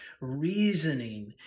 reasoning